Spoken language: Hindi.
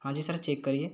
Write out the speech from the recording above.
हाँ जी सर चेक करिए